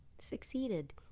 succeeded